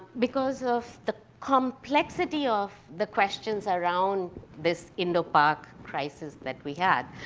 because of the complexity of the questions around this indo-pak crisis that we had.